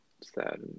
sad